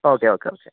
okay okay okay